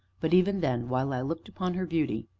but even then while i looked upon her beauty,